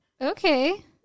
Okay